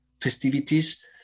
festivities